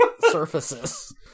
surfaces